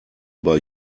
bei